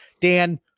Dan